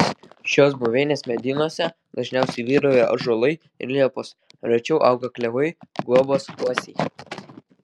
šios buveinės medynuose dažniausiai vyrauja ąžuolai ir liepos rečiau auga klevai guobos uosiai